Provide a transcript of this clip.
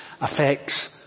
affects